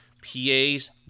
PAs